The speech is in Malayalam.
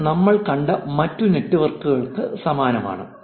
ഇത് നമ്മൾ കണ്ട മറ്റ് നെറ്റ്വർക്കുകൾക്ക് സമാനമാണ്